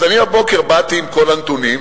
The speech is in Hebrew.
אני בבוקר באתי עם כל הנתונים,